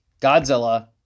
Godzilla